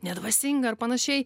nedvasinga ir panašiai